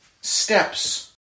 steps